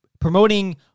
promoting